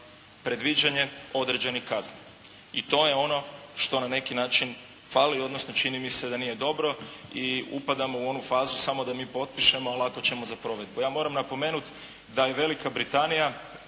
predviđanje određenih kazni. I to je ono što na neki način fali, odnosno čini mi se da nije dobro i upadamo u onu fazu samo da mi potpišemo, a lako ćemo za provedbu. Ja moram napomenuti da je Velika Britanija